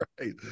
right